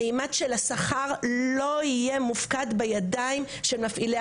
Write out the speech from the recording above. הממד של השכר לא יהיה מופקד בידיים של מפעילי